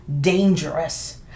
dangerous